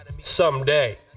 someday